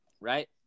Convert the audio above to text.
right